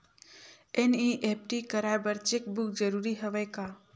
NEFT कराय बर cheque book जरूरी हवय का?